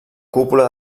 cúpula